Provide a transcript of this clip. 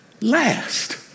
last